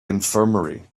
infirmary